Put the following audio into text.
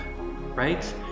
right